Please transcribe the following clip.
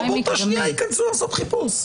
לא באותה שנייה ייכנסו לעשות חיפוש?